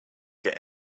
get